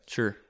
Sure